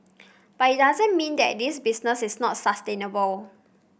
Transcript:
but it doesn't mean that this business is not sustainable